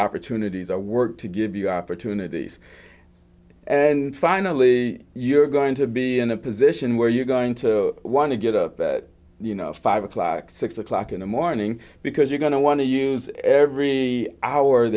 opportunities or work to give you opportunities and finally you're going to be in a position where you're going to want to get up you know five o'clock six o'clock in the morning because you're going to want to use every hour of